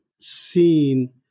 seen